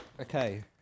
Okay